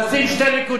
יותר מזה?